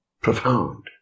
Profound